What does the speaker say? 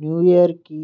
new year కి